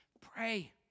Pray